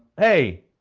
hey,